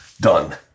Done